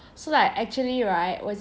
so like actually right was it